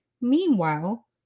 Meanwhile